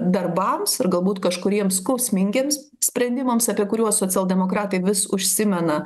darbams ir galbūt kažkuriems skausmingiems sprendimams apie kuriuos socialdemokratai vis užsimena